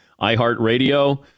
iHeartRadio